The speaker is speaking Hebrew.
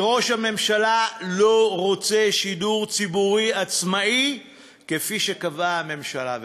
כי ראש הממשלה לא רוצה שידור ציבורי עצמאי כפי שקבעו הממשלה והכנסת,